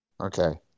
Okay